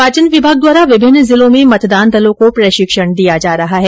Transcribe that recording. निर्वाचन विभाग द्वारा विभिन्न जिलों में मतदान दलों को प्रशिक्षण दिया जा रहा हैं